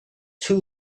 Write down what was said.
too